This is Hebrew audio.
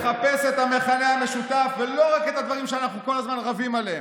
את המכנה המשותף ולא רק את הדברים שאנחנו כל הזמן רבים עליהם.